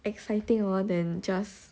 exciting or than just